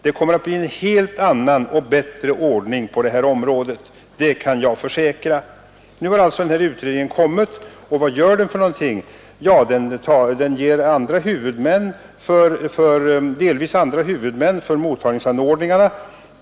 Det kommer att bli en helt annan och bättre ordning på det här området, det kan jag försäkra.” Nu har alltså denna utredning kommit, och vad gör den? Den förordar delvis andra huvudmän för mottagningsanordningarna.